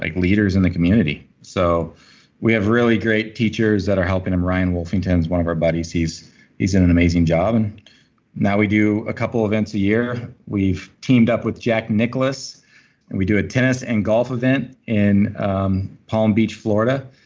like leaders in the community. so we have really great teachers that are helping them. ryan wolfington is one of our buddies. he's done an amazing job. and now we do a couple events a year. we've teamed up with jack nicholas and we do a tennis and golf event in um palm beach, florida.